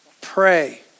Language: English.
pray